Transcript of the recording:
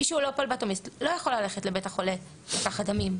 מי שהוא לא פלבוטומיסט לא יכול ללכת לבית החולה ולקחת דמים,